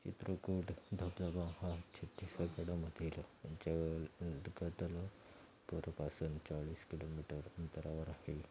चित्रकूट धबधबा हा छत्तीसगडमधील ज पूरपासून चाळीस किलोमीटर अंतरावर आहे